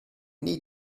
need